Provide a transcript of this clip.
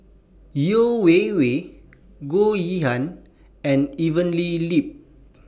Yeo Wei Wei Goh Yihan and Evelyn Lip